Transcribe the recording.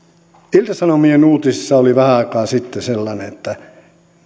ilta sanomien uutisissa oli vähän aikaa sitten sellainen että